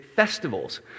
festivals